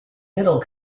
little